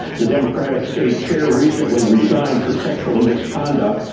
the democratic state chair recently resigned for sexual and misconduct,